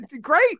great